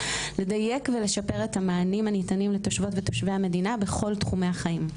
לדייק ולשפר את המענים הניתנים לתושבות ותושבי המדינה בכל תחומי החיים.